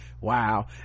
wow